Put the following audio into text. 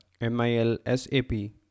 M-I-L-S-A-P